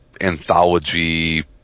anthology